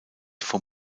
vom